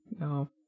No